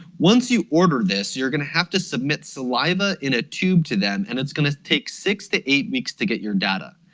once you order this you're going to have to submit saliva in a tube to them and it's going to take six to eight weeks to get your data.